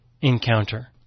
encounter